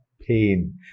pain